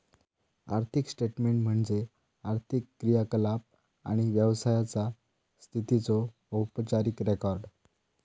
आर्थिक स्टेटमेन्ट म्हणजे आर्थिक क्रियाकलाप आणि व्यवसायाचा स्थितीचो औपचारिक रेकॉर्ड